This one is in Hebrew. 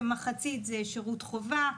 כמחצית זה שירות חובה,